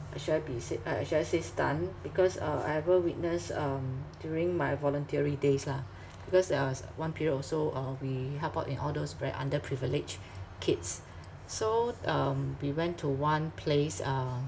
should I be said uh should I say stunned because uh I ever witnessed um during my voluntary days lah because there was one period also uh we help out in all those very underprivileged kids so um we went to one place uh